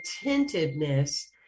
attentiveness